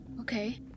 Okay